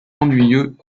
ennuyeux